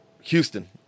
Houston